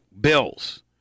bills